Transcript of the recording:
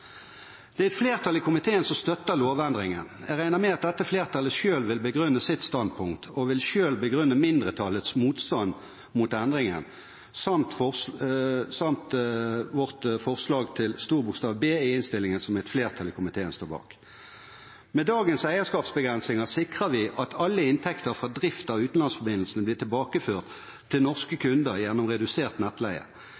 Det er et flertall i komiteen som støtter lovendringen. Jeg regner med at dette flertallet selv vil begrunne sitt standpunkt. Jeg vil begrunne mindretallets motstand mot endringen samt vårt forslag til B i innstillingen, som et flertall i komiteen står bak. Med dagens eierskapsbegrensninger sikrer vi at alle inntekter fra drift av utenlandsforbindelsene blir tilbakeført til norske